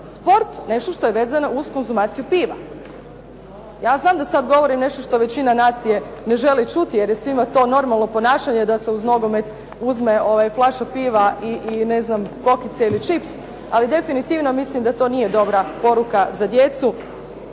sport nešto što je vezano uz konzumaciju piva. Ja znam da sad govorim nešto što većina nacije ne želi čuti jer je svima to normalno ponašanje da se uz nogomet uzme flaša piva i kokice ili čips, ali definitivno mislim da to nije dobra poruka za djecu